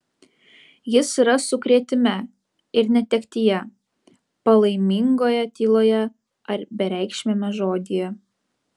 jis yra sukrėtime ir netektyje palaimingoje tyloje ar bereikšmiame žodyje